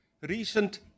recent